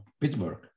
Pittsburgh